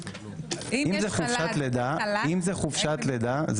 אם זאת חופשת לידה,